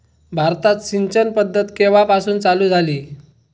भारतात सिंचन पद्धत केवापासून चालू झाली?